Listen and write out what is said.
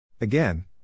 Again